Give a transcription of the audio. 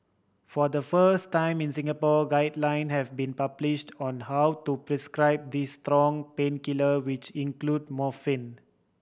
for the first time in Singapore guideline have been published on how to prescribe these strong painkiller which include morphine